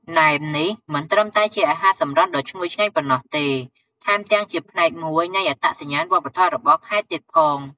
ណែមនេះមិនត្រឹមតែជាអាហារសម្រន់ដ៏ឈ្ងុយឆ្ងាញ់ប៉ុណ្ណោះទេ ថែមទាំងជាផ្នែកមួយនៃអត្តសញ្ញាណវប្បធម៌របស់ខេត្តទៀតផង។